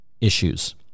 issues